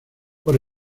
por